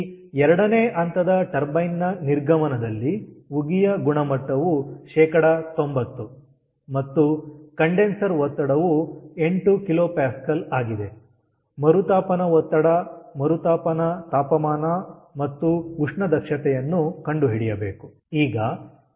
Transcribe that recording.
ಈ ಎರಡನೇ ಹಂತದ ಟರ್ಬೈನ್ ನ ನಿರ್ಗಮನದಲ್ಲಿ ಉಗಿಯ ಗುಣಮಟ್ಟವು 90 ಮತ್ತು ಕಂಡೆನ್ಸರ್ ಒತ್ತಡವು 8kpa ಆಗಿದೆ ಮರುತಾಪನ ಒತ್ತಡ ಮರುತಾಪನ ತಾಪಮಾನ ಮತ್ತು ಉಷ್ಣ ದಕ್ಷತೆಯನ್ನು ಕಂಡುಹಿಡಿಯಬೇಕು